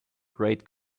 great